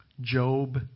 Job